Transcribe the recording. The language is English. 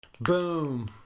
Boom